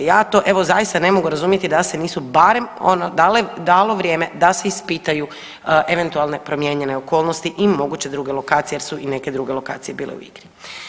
Ja to, evo, zaista ne mogu razumjeti da se nisu barem ono, dalo vrijeme da se ispitaju eventualne promijenjene okolnosti i moguće druge lokacije jer su i neke druge lokacije bile u igri.